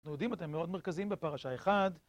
אנחנו יודעים, אתם מאוד מרכזיים בפרשה, אחד,